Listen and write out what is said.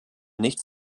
nicht